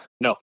No